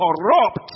corrupt